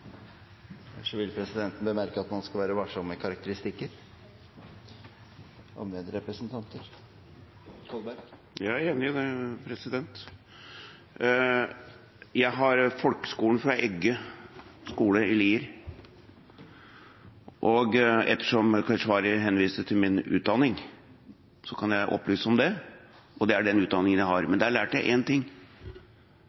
Presidenten vil bemerke at man skal være varsom med karakteristikker av medrepresentanter. Jeg er enig i det. Jeg har folkeskolen fra Egge skole i Lier. Ettersom Keshvari henviste til min utdanning, kan jeg opplyse om det. Det er den utdanningen jeg har. Men der lærte jeg én ting: Jeg lærte forskjell på rett og galt. Det er det fundamentale for en